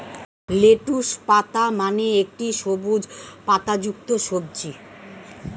lettuce পাতা মানে একটি সবুজ পাতাযুক্ত সবজি